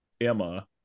emma